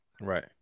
Right